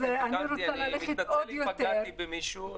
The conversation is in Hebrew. תיקנתי, אני מתנצל אם פגעתי במישהו.